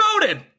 voted